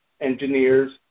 engineers